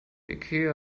ikea